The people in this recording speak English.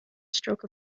stroke